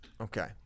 Okay